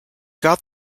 got